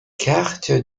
carte